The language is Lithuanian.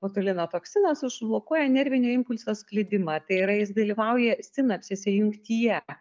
botulino toksinas užblokuoja nervinio impulso sklidimą tai yra jis dalyvauja sinapsėse jungtyje